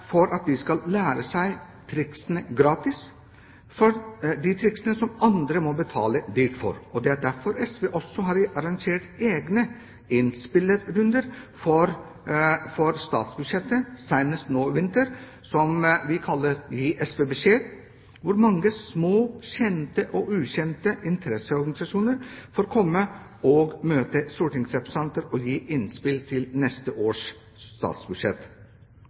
for at de skal lære seg triksene gratis, de triksene som andre må betale dyrt for. Det er derfor SV også har arrangert egne innspillsrunder for statsbudsjettet, senest nå i vinter, som vi kaller «Gi SV beskjed», hvor mange små – kjente og ukjente – interesseorganisasjoner får komme og møte stortingsrepresentanter og gi innspill til neste års statsbudsjett.